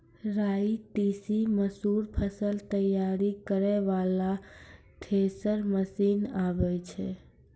राई तीसी मसूर फसल तैयारी करै वाला थेसर मसीन आबै छै?